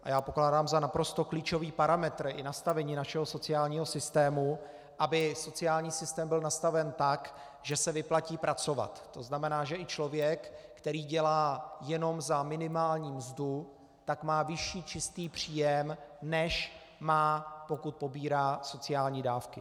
A já pokládám za naprosto klíčový parametr i nastavení našeho sociálního systému, aby sociální systém byl nastaven tak, že se vyplatí pracovat, to znamená, že i člověk, který dělá jenom za minimální mzdu, má vyšší čistý příjem, než má, pokud pobírá sociální dávky.